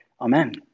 amen